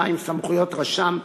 62) (סמכויות רשם),